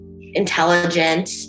intelligent